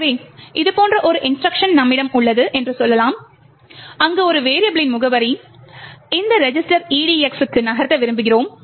எனவே இது போன்ற ஒரு இன்ஸ்ட்ருக்ஷன் நம்மிடம் உள்ளது என்று சொல்லலாம் அங்கு ஒரு வெரியபிளின் முகவரியை இந்த ரெஜிஸ்டர் EDX க்கு நகர்த்த விரும்புகிறோம்